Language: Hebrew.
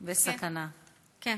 תודה.